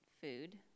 food